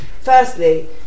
firstly